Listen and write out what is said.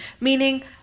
Meaning